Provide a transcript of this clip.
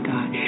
God